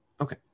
Okay